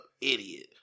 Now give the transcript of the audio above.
idiot